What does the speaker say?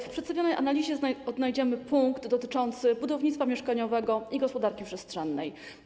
W przedstawionej analizie odnajdziemy punkt dotyczący budownictwa mieszkaniowego i gospodarki przestrzennej.